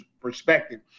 perspective